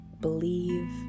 believe